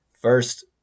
First